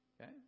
Okay